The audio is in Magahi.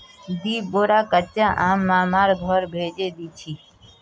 दी बोरा कच्चा आम मामार घर भेजे दीछि